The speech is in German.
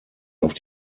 auf